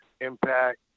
Impact